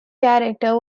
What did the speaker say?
character